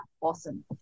awesome